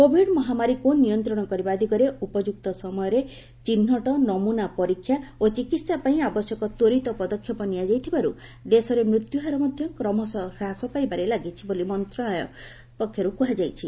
Covid ମହାମାରୀକୁ ନିୟନ୍ତ୍ରଣ କରିବା ଦିଗରେ ଉପଯୁକ୍ତ ସମୟରେ ଚିହ୍ନଟ ନମୁନା ପରୀକ୍ଷା ଓ ଚିକିତ୍ସା ପାଇଁ ଆବଶ୍ୟକ ତ୍ୱରିତ ପଦକ୍ଷେପ ନିଆଯାଇଥିବାର୍ ଦେଶରେ ମୃତ୍ୟହାର ମଧ୍ୟ କ୍ମଶଃ ହାସ ପାଇବାରେ ଲାଗିଛି ବୋଲି ସ୍ନାସ୍ଥ୍ୟ ମନ୍ତ୍ରଣାଳୟ ପକ୍ଷର୍ କୁହାଯାଇଛି